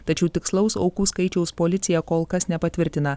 tačiau tikslaus aukų skaičiaus policija kol kas nepatvirtina